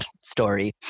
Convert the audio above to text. story